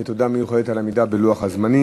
ותודה מיוחדת על העמידה בלוח הזמנים.